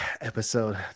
episode